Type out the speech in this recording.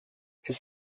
his